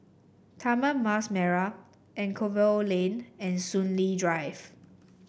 Taman Mas Merah Anchorvale Lane and Soon Lee Drive